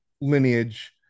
lineage